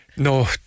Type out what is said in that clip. No